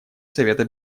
совета